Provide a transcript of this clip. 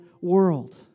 world